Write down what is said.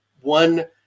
one